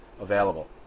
available